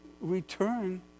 return